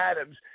Adams